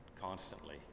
constantly